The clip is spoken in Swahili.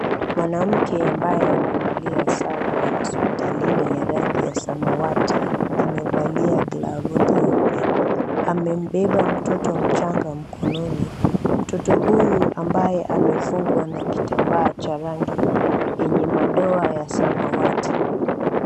Mwanamke ambaye amevalia sare ya hospitalini ya rangi ya samawati amevalia glavu nyeupe. Amembeba mtoto mchanga mkononi. Mtoto huyu ambaye amefungwa na kitambaa cha rangi yenye madoa ya samawati.